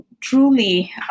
truly